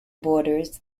borders